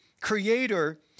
creator